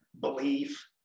belief